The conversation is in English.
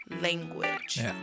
language